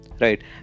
right